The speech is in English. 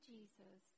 Jesus